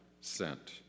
sent